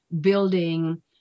building